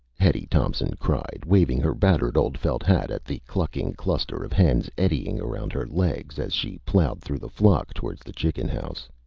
hetty thompson cried, waving her battered old felt hat at the clucking cluster of hens eddying around her legs as she plowed through the flock towards the chicken house.